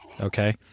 okay